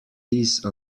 these